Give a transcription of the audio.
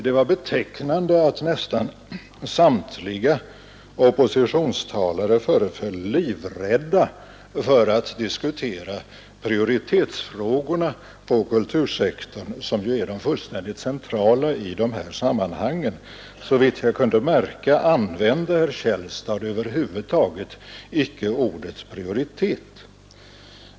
Det var betecknande att nästan samtliga oppositionstalare föreföll livrädda för att diskutera prioritetsfrågorna på kultursektorn, vilka ju är det helt centrala i dessa sammanhang. Såvitt jag kunde märka använde herr Källstad över huvud taget icke ordet prioritet.